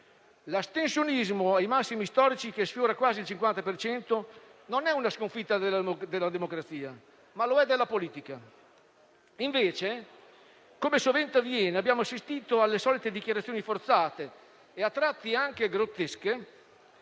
L'astensionismo ai massimi storici - sfiora infatti quasi il 50 per cento - non è una sconfitta della democrazia, ma lo è della politica. Invece, come sovente avviene, abbiamo assistito alle solite dichiarazioni forzate, a tratti anche grottesche,